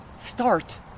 start